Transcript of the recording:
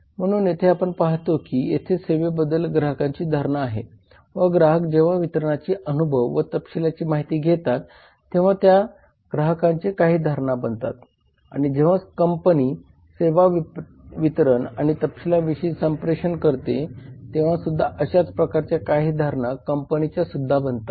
म्हणून येथे आपण पाहतो की येथे सेवेबद्दल ग्राहकांची काही धारणा आहे व ग्राहक जेव्हा वितरणाचे अनुभव व तपशिलाची माहिती घेतात तेव्हा या ग्राहकांच्या काही धारणा बनतात आणि जेव्हा कंपनी सेवा वितरण आणि तपशीलांविषयी संप्रेषण करते तेव्हासुद्धा अशाच प्रकारच्या काही धारणा कंपनीच्यासुद्धा बनतात